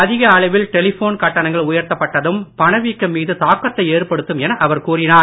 அதிக அளவில் டெலிபோன் கட்டணங்கள் உயர்த்தப் பட்டதும் பணவீக்கம் மீது தாக்கத்தை ஏற்படுத்தும் என அவர் கூறினார்